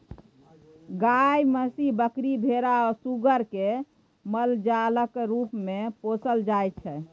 गाय, महीस, बकरी, भेरा आ सुग्गर केँ मालजालक रुप मे पोसल जाइ छै